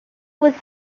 was